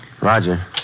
Roger